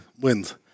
wins